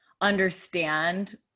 understand